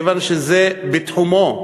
כיוון שזה בתחומו,